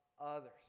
others